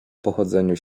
pochodzeniu